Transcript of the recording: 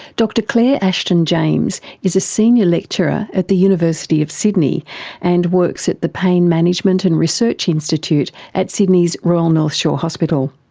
dr claire ashton-james is senior lecturer at the university of sydney and works at the pain management and research institute at sydney's royal north shore hospital.